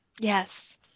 Yes